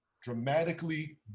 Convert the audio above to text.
dramatically